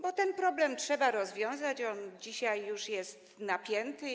Bo ten problem trzeba rozwiązać, on dzisiaj już jest napięty.